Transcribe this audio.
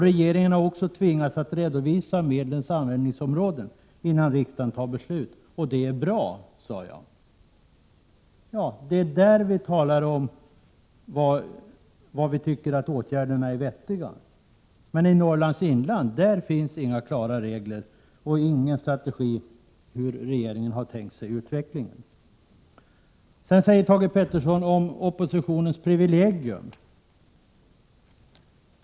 Regeringen har också tvingats att redovisa medlens användningsområde innan riksdagen fattar beslut. Det är bra.” Så sade jag. På den punkten anser vi att åtgärderna är vettiga. Men beträffande Norrlands inland finns det inga klara regler och ingen strategi för hur regeringen har tänkt sig utvecklingen. Thage Peterson talar sedan om oppositionens privilegium.